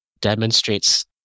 demonstrates